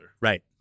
Right